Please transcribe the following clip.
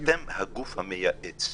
אתם הגוף מייעץ,